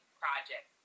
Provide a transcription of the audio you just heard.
project